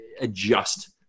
adjust